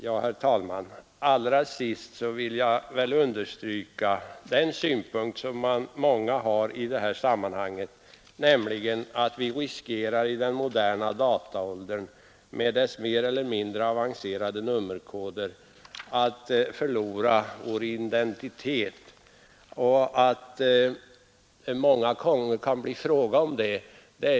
Herr talman! Allra sist vill jag understryka den synpunkt som många har i det här sammanhanget, nämligen att vi i den moderna dataåldern med dess mer eller mindre avancerade nummerkoder riskerar att förlora vår identitet. Många gånger kan det ju bli fråga om det.